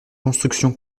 construction